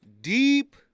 Deep